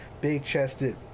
big-chested